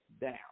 down